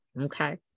Okay